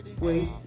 Wait